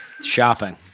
Shopping